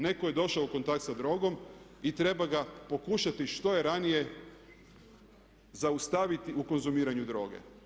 Netko je došao u kontakt sa drogom i treba ga pokušati što je ranije zaustaviti u konzumiranju droge.